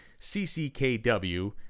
cckw